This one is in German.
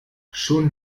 schon